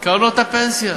קרנות הפנסיה.